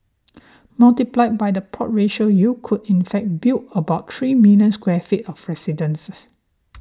multiplied by the plot ratio you could in fact build about three million square feet of residences